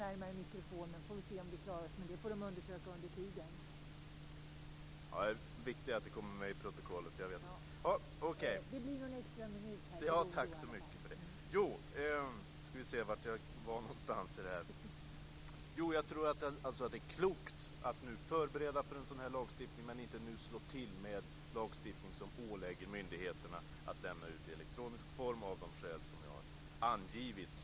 Därför är det klokt att nu avvakta av de skäl som jag har angivit, dvs. göra förberedelser för men inte nu slå till med genomförandet av en lagstiftning som ålägger myndigheterna att lämna ut uppgifter i elektronisk form.